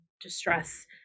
distress